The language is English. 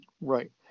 right